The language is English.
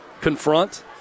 confront